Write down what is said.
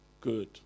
good